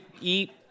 eat